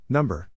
Number